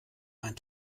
ein